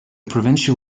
provincial